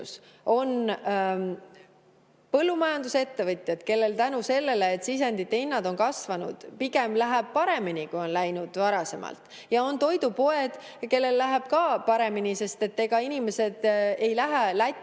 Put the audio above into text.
On põllumajandusettevõtjad, kellel tänu sellele, et sisendite hinnad on kasvanud, pigem läheb paremini, kui on läinud varasemalt, ja on toidupoed, kellel läheb ka paremini, sest et inimesed ei lähe Lätti